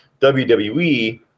wwe